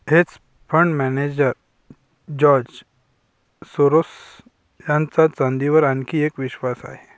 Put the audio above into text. hedge fund manager George Soros यांचा चांदीवर आणखी एक विश्वास आहे